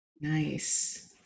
Nice